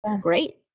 great